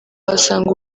wasanga